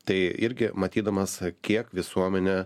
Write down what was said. tai irgi matydamas kiek visuomenė